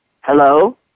Hello